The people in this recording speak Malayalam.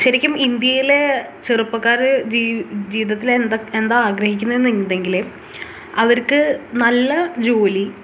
ശരിക്കും ഇന്ത്യയിലെ ചെറുപ്പക്കാർ ജീവിതത്തിൽ എന്തൊക്കെ എന്താ ആഗ്രഹിക്കുന്നുണ്ടെങ്കിൽ അവർക്ക് നല്ല ജോലി